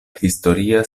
historia